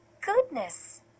Goodness